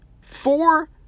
Four